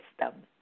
system